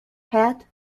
had